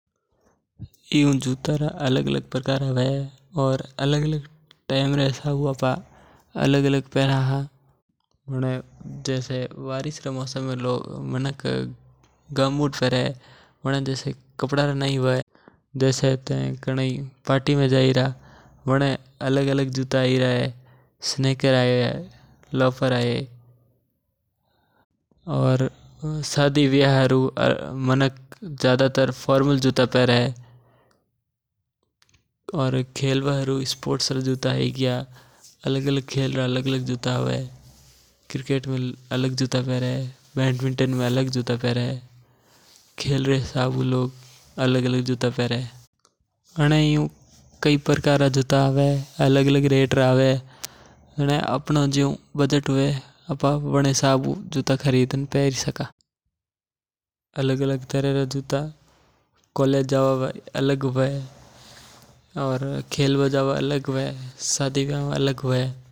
इयू तो जूता रा अलग-अलग प्रकार हवे जेसे की ऑफिस जवा हरु अलग और दौड़वा जवा हरु अलग और वियाव मे जवा हरु अलग और पार्टियों मे जवा हरु अलग। अनी काई प्रकार रा जूता आवे और काई कम्पनिया रा आणे अलग-अलग प्रकार रा आवे। बनाने सस्ता भी आवे और महँगा भी आवे मानक आपण बजट रे हिसाब हू जूता लेवे। जूता पेरवा रा भी अलग-अलग तरीका हवे मानक ड्रेसेस रे हिसाब हू भी जूता लावे और पेरवा मे काम मे लेवे।